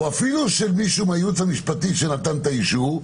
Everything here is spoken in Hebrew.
או אפילו של מישהו מהייעוץ המשפטי שנתן את האישור,